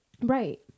Right